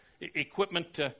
equipment